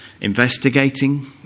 investigating